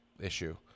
issue